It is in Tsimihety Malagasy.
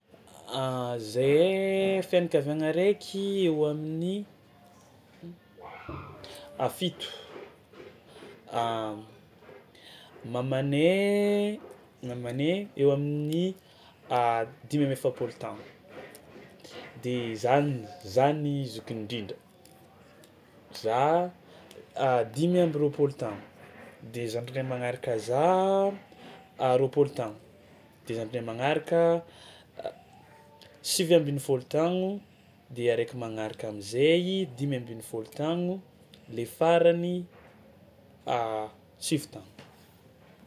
Zahay fianakaviagna araiky eo amin'ny a fito, mamanay mamanay eo amin'ny dimy amby efapolo tagno de za n- za ny zokiny indrindra za dimy amby roapolo taogno de zandrinay magnaraka za a roapolo tagno de zandrinay magnaraka a- sivy ambinifôlo tagno de araiky magnaraka am'zay dimby ambinifolo tagn,o le farany sivy tagno.